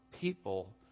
people